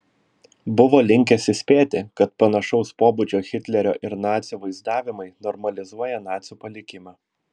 buvo linkęs įspėti kad panašaus pobūdžio hitlerio ir nacių vaizdavimai normalizuoja nacių palikimą